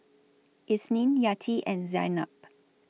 Isnin Yati and Zaynab